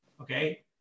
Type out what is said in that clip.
Okay